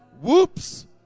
Whoops